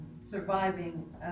surviving